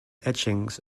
etchings